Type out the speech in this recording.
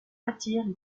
attirent